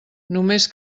només